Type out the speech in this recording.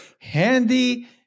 handy